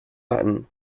latin